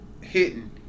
hitting